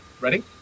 ready